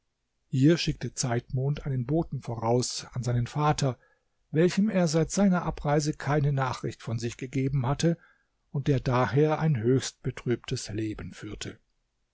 hier schickte zeitmond einen boten voraus an seinen vater welchem er seit seiner abreise keine nachricht von sich gegeben hatte und der daher ein höchst betrübtes leben führte